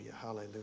Hallelujah